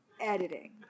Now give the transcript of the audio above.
Editing